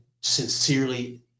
sincerely